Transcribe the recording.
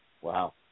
Wow